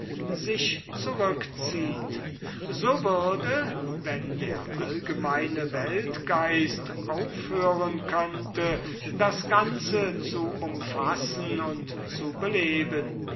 sich zurückzieht so würde wenn der allgemeine weltgeist aufhören könnte das ganze zu umfassen und zu beleben